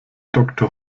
doktor